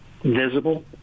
visible